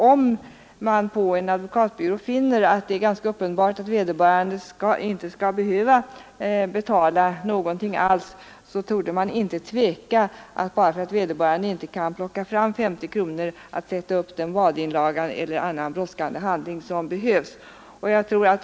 Om man på en advokatbyrå finner att det är ganska uppenbart att vederbörande inte skall behöva betala någonting alls, torde man inte tveka att sätta upp den vadeinlaga eller anna brådskande handling som behövs, även om vederbörande inte kan plocka fram 50 kronor.